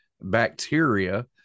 bacteria